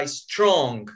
strong